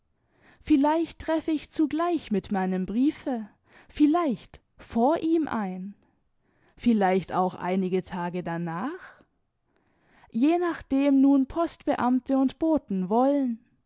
vielleicht treff ich zugleich mit meinem briefe vielleicht vor ihm ein vielleicht auch einige tage danach je nachdem nun post beamte und boten wollen